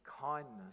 kindness